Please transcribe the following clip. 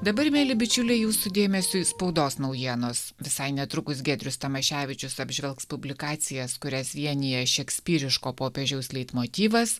dabar mieli bičiuliai jūsų dėmesiui spaudos naujienos visai netrukus giedrius tamaševičius apžvelgs publikacijas kurias vienija šekspyriško popiežiaus leitmotyvas